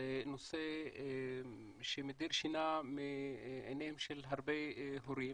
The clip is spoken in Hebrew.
זה נושא שמדיר שינה מעיניהם של הרבה הורים